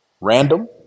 random